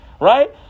right